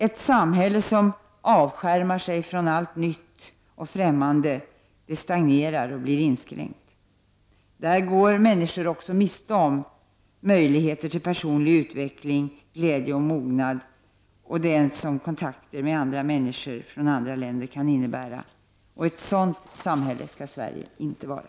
Ett samhälle som avskärmar sig från allt nytt och främmande stagnerar och blir inskränkt. Där går människor miste om möjligheter till personlig utveckling, glädje och mognad som kontakter med människor från andra länder kan innebära. Ett sådant samhälle skall Sverige inte vara.